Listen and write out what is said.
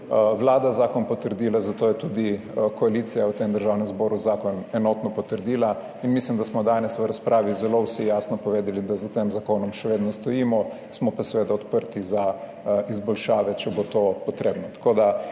Vlada zakon potrdila, zato je tudi koalicija v tem Državnem zboru zakon enotno potrdila in mislim, da smo danes v razpravi zelo vsi jasno povedali, da za tem zakonom še vedno stojimo, smo pa seveda odprti za izboljšave, če bo to potrebno,